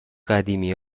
قدیمی